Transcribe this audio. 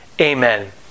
amen